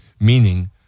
Meaning